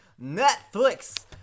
Netflix